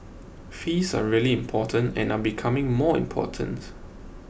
fees are really important and are becoming more important